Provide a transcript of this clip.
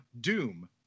Doom